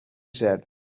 said